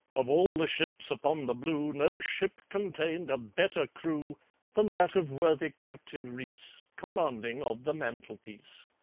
of all the ships upon the blue, no ship contained a better crew than that of worthy captain reece, commanding of the mantelpiece.